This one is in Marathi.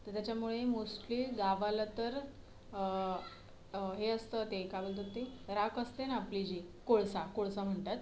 तर त्याच्यामुळे मोस्टली गावाला तर हे असतं ते काय बोलतात ते राख असते ना आपली जी कोळसा कोळसा म्हणतात